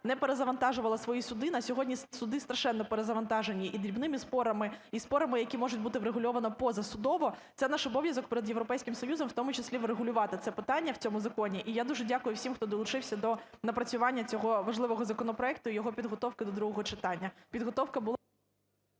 не перезавантажувала свої суди. На сьогодні суди страшенно перезавантаженні і дрібними спорами, і спорами, які можуть бути врегульованіпозасудово. Це наш обов'язок перед Європейським Союзом, в тому числі врегулювати це питання в цьому законі. І я дуже дякую всім, хто долучився до напрацювання цього важливого законопроекту і його підготовки до другого читання.